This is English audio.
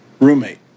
roommate